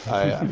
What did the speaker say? i